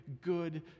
good